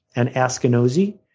and askinosie.